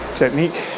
technique